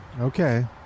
Okay